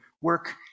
work